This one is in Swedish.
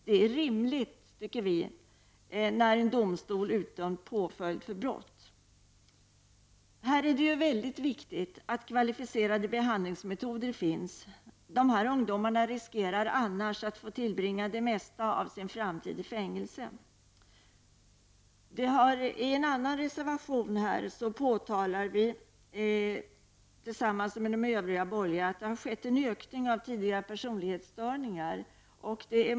Det är rimligt när en domstol har utdömt påföljd för brott. Här är det viktigt att kvalificerade behandlingsmetoder finns. Dessa ungdomar riskerar annars att få tillbringa det mesta av sin framtid i fängelse. I en annan reservation påtalar vi tillsammans med de övriga borgerliga partierna att det har skett en ökning av tidiga personlighetsstörningar hos ungdomar.